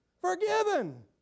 forgiven